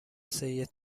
سید